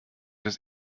das